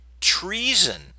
treason